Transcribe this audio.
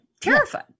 terrified